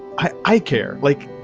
i care. like.